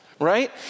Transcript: right